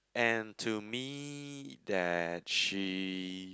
and to me that she